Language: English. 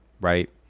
right